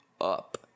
up